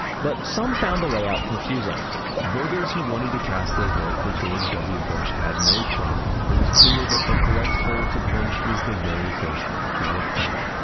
but some found the layout confusing voters who wanted to cast their vote for george w. bush had no problem. it was clear that the correct hold to punch was the very first one right at the top.